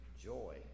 joy